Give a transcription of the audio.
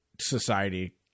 society